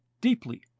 deeply